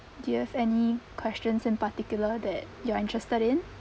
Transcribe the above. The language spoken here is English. do you have any questions in particular that you're interested in